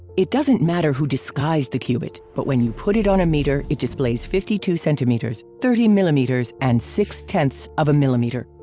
it doesn't matter who disguised the cubit, but when you put it on a meter it displays fifty two centimeters, thirty millimeters and six tenths of a millimeter.